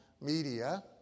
media